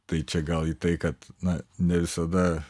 tai čia gal į tai kad na ne visada